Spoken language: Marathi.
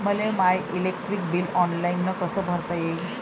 मले माय इलेक्ट्रिक बिल ऑनलाईन कस भरता येईन?